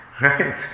Right